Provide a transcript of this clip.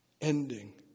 ending